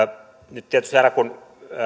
nyt tietysti aina kun